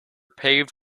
paved